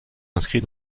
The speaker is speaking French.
inscrit